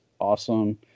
awesome